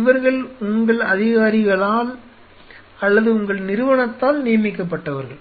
இவர்கள் உங்கள் அதிகாரிகளால் அல்லது உங்கள் நிறுவனத்தால் நியமிக்கப்பட்டவர்கள்